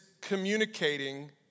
communicating